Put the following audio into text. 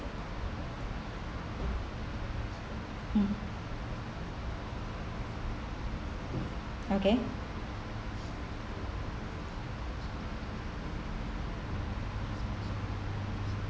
mm okay